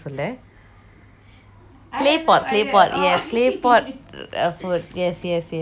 claypot claypot yes claypot food yes yes yes I'm so sorry suddenly I forget